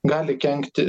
gali kenkti